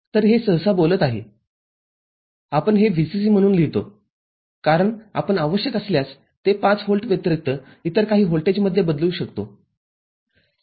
तर हे सहसा बोलत आहे आपण हे VCC म्हणून लिहितो कारण आपण आवश्यक असल्यास ते ५ व्होल्ट व्यतिरिक्त इतर काही व्होल्टेजमध्ये बदलू शकतो